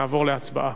נעבור להצבעה.